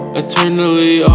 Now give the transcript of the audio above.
eternally